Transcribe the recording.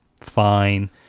fine